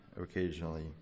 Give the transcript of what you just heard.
occasionally